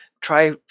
try